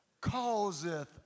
causeth